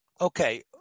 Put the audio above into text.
okay